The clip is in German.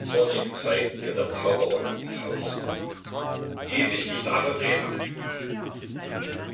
zornig zeigt ihr der zauberer die faust hieß ich dich davon reden